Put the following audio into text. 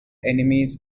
enemies